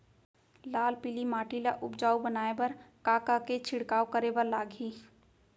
लाल पीली माटी ला उपजाऊ बनाए बर का का के छिड़काव करे बर लागही?